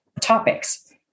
topics